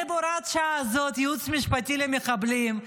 זה בהוראת השעה הזאת: ייעוץ משפטי למחבלים,